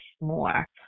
more